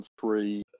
three